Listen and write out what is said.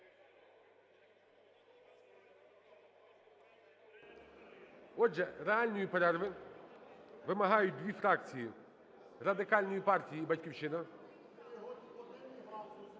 Отже, реальної перерви вимагають дві фракції: Радикальної партії і "Батьківщина".